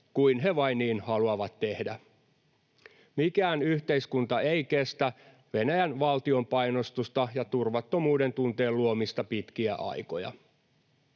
kuin he vain niin haluavat tehdä. Mikään yhteiskunta ei kestä Venäjän valtion painostusta ja turvattomuuden tunteen luomista pitkiä aikoja.